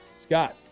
Scott